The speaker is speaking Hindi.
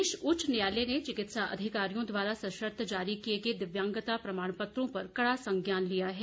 प्रदेश उच्च न्यायालय ने चिकित्सा अधिकारियों द्वारा सर्शत जारी किए गए दिव्यांगता प्रमाणपत्रों पर कड़ा संज्ञान लिया है